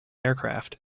aircraft